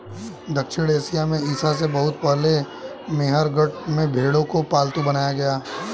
दक्षिण एशिया में ईसा से बहुत पहले मेहरगढ़ में भेंड़ों को पालतू बनाया गया